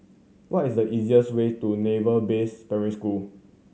what is the easiest way to Naval Base Primary School